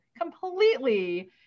completely